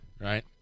right